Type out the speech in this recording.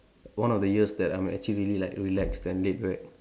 one of the years that I'm actually really like relaxed and laid back